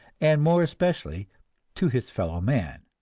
and more especially to his fellow men.